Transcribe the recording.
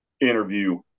interview